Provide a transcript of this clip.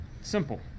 Simple